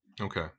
Okay